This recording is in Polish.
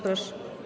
Proszę.